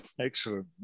Excellent